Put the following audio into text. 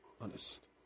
Honest